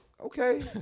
okay